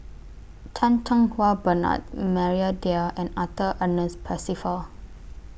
Chan Cheng Wah Bernard Maria Dyer and Arthur Ernest Percival